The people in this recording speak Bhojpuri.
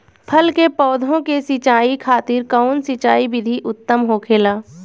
फल के पौधो के सिंचाई खातिर कउन सिंचाई विधि उत्तम होखेला?